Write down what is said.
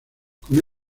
con